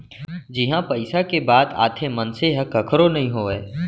जिहाँ पइसा के बात आथे मनसे ह कखरो नइ होवय